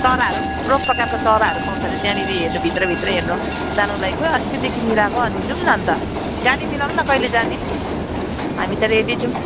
चराहरू थुप्रो प्रकारको चराहरू पाउँछ अरे त्यहाँनिर हेर्नु भित्र भित्र हेर्नु जानुलाई खोइ अस्तिदेखि मिलाएको अनि जाउँ अन्त गाडी मिलाउनु न कहिले जाने हामी त रेडी छौँ